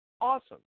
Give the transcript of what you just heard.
Awesome